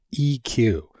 EQ